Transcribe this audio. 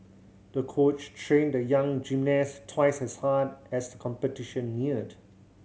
the coach trained the young gymnast twice as hard as the competition neared